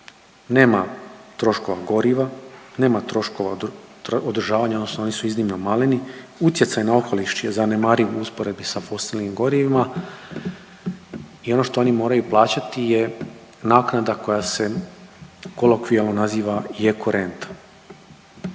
Nema troškova goriva, nema troškova održavanja odnosno oni su iznimno maleni, utjecaj na okoliš je zanemariv u usporedbi sa fosilnim gorivima i ono što oni moraju plaćati je naknada koja se kolokvijalno naziva ekorento.